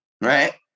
right